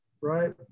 right